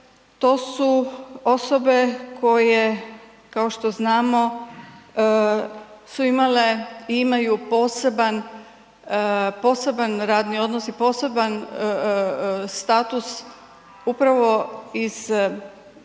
to su osobe koje kao što znamo su imale i imaju poseban radni odnos i poseban status upravo iz toga